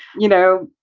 you know,